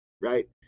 right